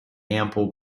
ample